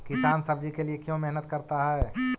किसान सब्जी के लिए क्यों मेहनत करता है?